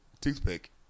toothpick